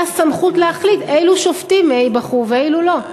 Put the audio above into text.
הסמכות להחליט אילו שופטים ייבחרו ואילו לא?